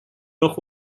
noch